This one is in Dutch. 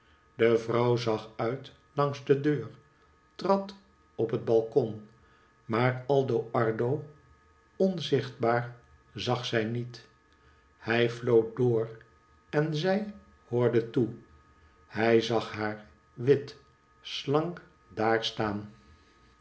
de vrouw zag uit langs de deur trad op het balkon maar aldo ardo onzichtbaar zag zij niet hij floot door en zij hoorde toe hij zag haar wit slank daar staan